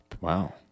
Wow